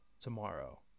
tomorrow